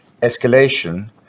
escalation